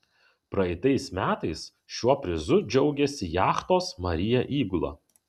praeitais metais šiuo prizu džiaugėsi jachtos maria įgula